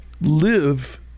live